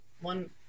one